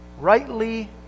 Rightly